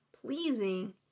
pleasing